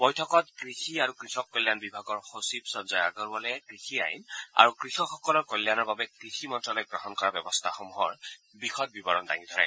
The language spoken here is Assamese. বৈঠকত কৃষি আৰু কৃষক কল্যাণ বিভাগৰ সচিব সঞ্জয় আগৰৱালে কৃষি আইন আৰু কৃষকসকলৰ কল্যাণৰ বাবে কৃষি মন্ত্যালয়ে গ্ৰহণ কৰা ব্যৱস্থাসমূহৰ বিশদ বিৱৰণ দাঙি ধৰে